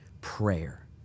prayer